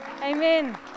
Amen